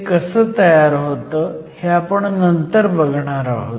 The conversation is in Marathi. हे कसं तयार होतं हे आपण नंतर बघणार आहोत